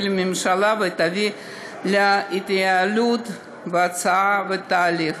לממשלה ויביא להתייעלות ולהאצה של התהליך.